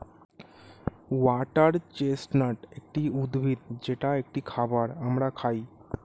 water chestnut একটি উদ্ভিদ যেটা একটি খাবার আমরা খাই